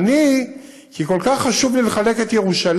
אני, כי כל כך חשוב לי לחלק את ירושלים,